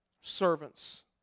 servants